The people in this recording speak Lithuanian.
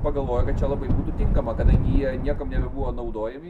pagalvojo kad čia labai tinkama kadangi jie niekam nebebuvo naudojami